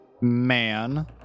man